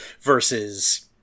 versus